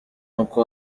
uko